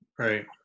Right